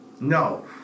No